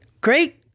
Great